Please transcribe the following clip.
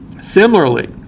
Similarly